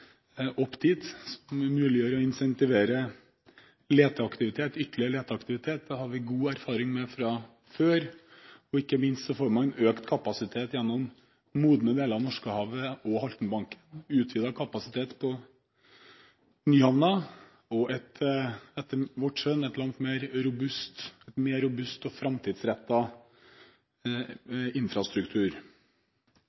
muliggjør å «incentivere» ytterligere leteaktivitet. Det har vi god erfaring med fra før, og ikke minst får man økt kapasitet gjennom modne deler av Norskehavet og Haltenbanken, utvidet kapasitet på Nyhamna og en etter vårt skjønn langt mer robust og framtidsrettet infrastruktur. Dette vil skape svært mange arbeidsplasser, og